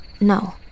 No